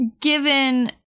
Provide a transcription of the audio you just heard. given